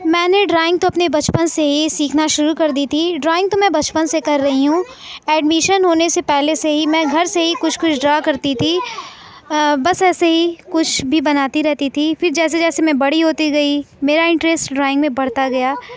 میں نے ڈرائنگ تو اپنے بچپن سے ہی سیکھنا شروع کر دی تھی ڈرائنگ تو میں بچپن سے کر رہی ہوں ایڈمشن ہونے سے پہلے سے ہی میں گھر سے کچھ کچھ ڈرا کرتی تھی بس ایسے ہی کچھ بھی بناتی رہتی تھی پھر جیسے جیسے میں بڑی ہوتی گئی میرا انٹرسٹ ڈرائنگ میں بڑھتا گیا